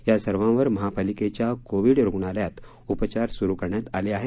या सर्वावर महापालिकेच्या कोविड रूग्णालयात उपचार सुरू करण्यात आले आहेत